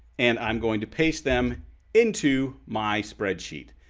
and i'm going to paste them into my spreadsheet.